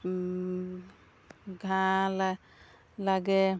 ঘাঁহ লা লাগে